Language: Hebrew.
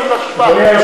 חבר הכנסת אקוניס,